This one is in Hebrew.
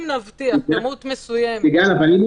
אם נבטיח מספר מסוים --- אבל אם הוא